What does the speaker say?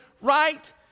right